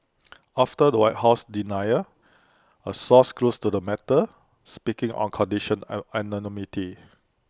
after the white house denial A source close to the matter speaking on condition anonymity